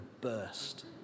burst